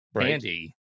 Andy